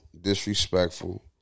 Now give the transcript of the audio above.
disrespectful